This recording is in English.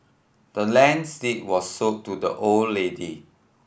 the land's deed was sold to the old lady